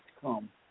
come